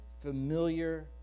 familiar